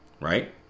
right